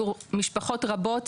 משפחות רבות,